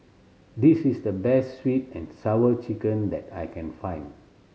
this is the best Sweet And Sour Chicken that I can find